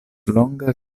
longa